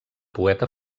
poeta